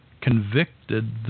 convicted